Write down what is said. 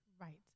Right